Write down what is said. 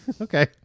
Okay